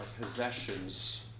possessions